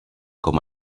com